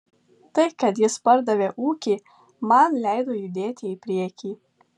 tai kad jis pardavė ūkį man leido judėti į priekį